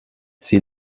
sie